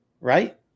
right